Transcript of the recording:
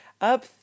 up